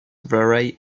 vary